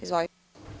Izvolite.